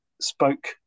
spoke